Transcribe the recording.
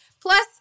plus